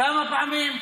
כמה פעמים?